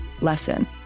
lesson